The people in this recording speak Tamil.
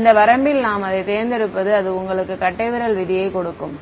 இந்த வரம்பில் நாம் அதைத் தேர்ந்தெடுப்பது அது உங்களுக்கு கட்டைவிரல் விதியைக் கொடுக்கும்